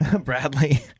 Bradley